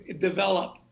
develop